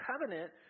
covenant